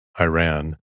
Iran